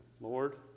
Lord